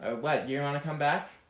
ah what? you want to come back?